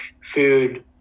food